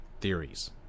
theories